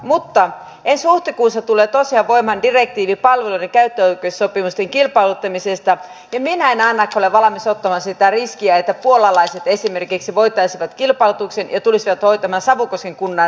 mutta ensi huhtikuussa tulee tosiaan voimaan direktiivi palveluiden käyttöoikeussopimusten kilpailuttamisesta ja minä en ainakaan ole valmis ottamaan sitä riskiä että puolalaiset esimerkiksi voittaisivat kilpailutuksen ja tulisivat hoitamaan savukosken kunnan metsät